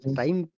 time